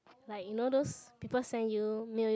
like you know those people send you mail you